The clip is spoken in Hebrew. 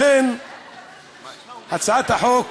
הצעת החוק,